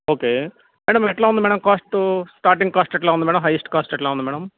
okay madam ఎట్లా ఉంది madam cost starting cost ఎట్లా ఉంది మేడమ్ హైయెస్ట్ కాస్ట్ ఎట్లా ఉంది మేడమ్